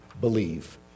believe